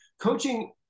Coaching